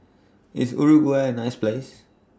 IS Uruguay A nice Place